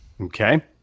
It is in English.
Okay